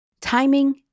Timing